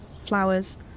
flowers